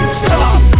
stop